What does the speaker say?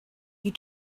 you